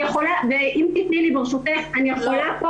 אם תתני לי ברשותך, אני אפרט פה.